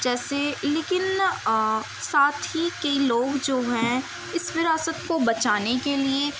جیسے لیکن ساتھ ہی کے لوگ جو ہیں اس وراثت کو بچانے کے لیے